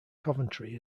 coventry